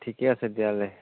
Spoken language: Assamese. ঠিকে আছে তেতিয়াহ'লে